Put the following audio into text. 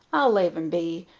i'll lave him be,